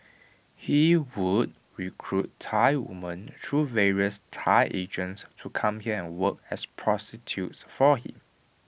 he would recruit Thai women through various Thai agents to come here and work as prostitutes for him